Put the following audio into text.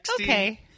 Okay